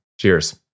Cheers